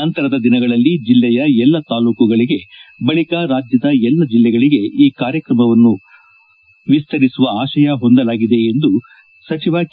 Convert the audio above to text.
ನಂತರದ ದಿನಗಳಲ್ಲಿ ಜಿಲ್ಲೆಯ ಎಲ್ಲಾ ತಾಲೂಕುಗಳಿಗೆ ಬಳಿಕ ರಾಜ್ಯದ ಎಲ್ಲಾ ಜಿಲ್ಲೆಗಳಿಗೂ ಈ ಕಾರ್ಯಕ್ರಮವನ್ನು ವಿತರಿಸುವ ಆಶಯ ಹೊಂದಲಾಗಿದೆ ಎಂದು ಕ